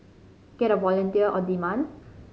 get a volunteer on demand